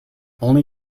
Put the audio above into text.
only